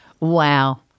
Wow